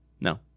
no